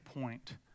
point